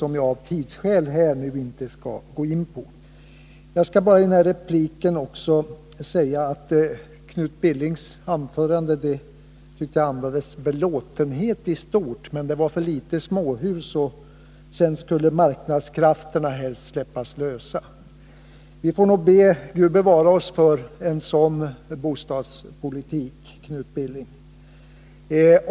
Jag skall av tidsskäl inte gå närmare in på dem. Knut Billings anförande andades belåtenhet i stort, men han tycker att det byggs för litet småhus och helst skall marknadskrafterna släppas lösa. Vi får nog be Gud bevara oss för en sådan bostadspolitik, Knut Billing.